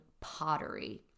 pottery